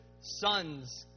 sons